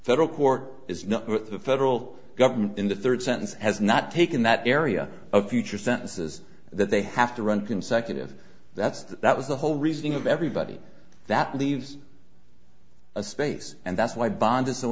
federal court is not the federal government in the third sentence has not taken that area of future sentences that they have to run consecutive that's that was the whole reasoning of everybody that leaves a space and that's why bond